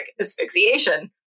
asphyxiation